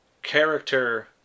Character